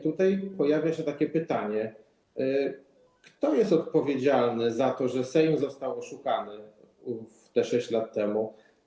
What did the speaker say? Tutaj pojawia się takie pytanie: Kto jest odpowiedzialny za to, że Sejm został oszukany te 6 lat temu?